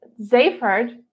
Zayford